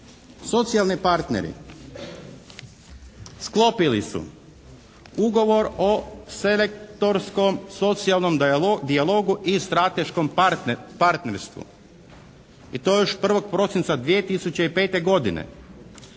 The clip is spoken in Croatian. socijalni partneri sklopili su ugovor o selektorskom socijalnom dijalogu i strateškom partnerstvu i to još 1. prosinca 2005. godine.